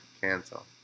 Cancel